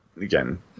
Again